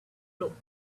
looked